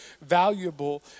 valuable